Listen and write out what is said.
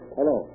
Hello